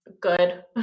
good